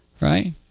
right